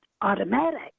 automatic